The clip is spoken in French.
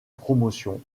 promotion